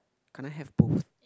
can't I have both